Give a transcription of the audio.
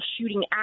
shooting